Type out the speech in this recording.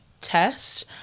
test